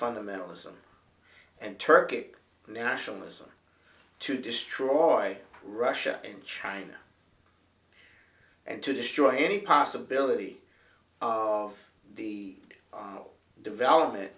fundamentalism and turkic nationalism to destroy russia and china and to destroy any possibility of the development